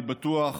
אני בטוח